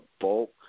bulk